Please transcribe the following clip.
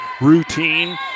routine